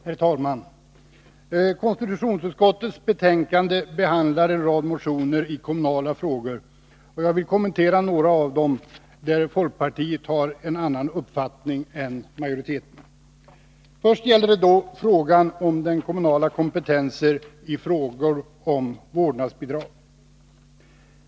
Herr talman! Konstitutionsutskottets betänkande behandlar en rad motioner i kommunala frågor, och jag vill kommentera några av de frågor där folkpartiet har en annan uppfattning än majoriteten. Först gäller det den kommunala kompetensen i frågor om vårdnadsbidrag.